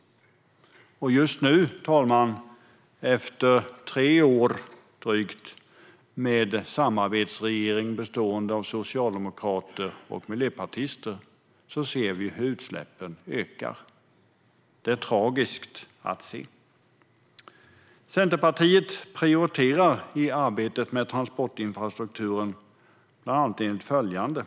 Fru talman! Just nu, efter drygt tre år med en samarbetsregering bestående av socialdemokrater och miljöpartister, ser vi hur utsläppen ökar. Det är tragiskt att se. I arbetet med transportinfrastrukturen prioriterar Centerpartiet flera saker.